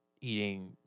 eating